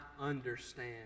understand